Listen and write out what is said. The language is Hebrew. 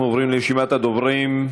אנחנו עוברים לרשימת הדוברים.